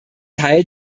teil